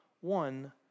one